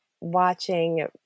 watching